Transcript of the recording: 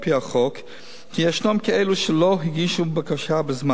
כי ישנם כאלו שלא הגישו בקשה בזמן ולמעשה יהיה